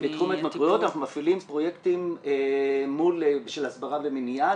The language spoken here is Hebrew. בתחום ההתמכרויות אנחנו מפעילים פרויקטים של הסברה ומניעה.